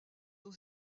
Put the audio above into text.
aux